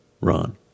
Ron